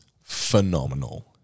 phenomenal